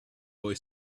boy